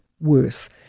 worse